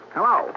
Hello